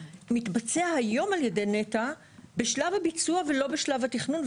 מתבצע היום על ידי נת"ע בשלב הביצוע ולא בשלב התכנון,